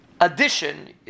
addition